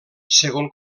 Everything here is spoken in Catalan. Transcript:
segon